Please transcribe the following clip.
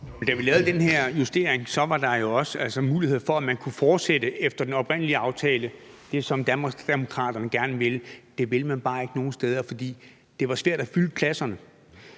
Da vi lavede den her justering, var der jo også muligheder for, at man kunne fortsætte efter den oprindelige aftale. Det er det, som Danmarksdemokraterne gerne vil. Det vil man bare ikke nogen af de steder, for det var svært at fylde pladserne,